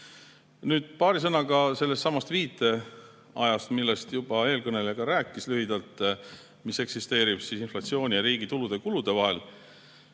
Nüüd paari sõnaga sellestsamast viiteajast, millest juba eelkõneleja ka rääkis lühidalt, mis eksisteerib inflatsiooni ja riigi tulude ja kulude vahel.